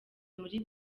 muri